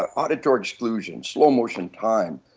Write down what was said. auditory exclusions, slow motion time,